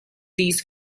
these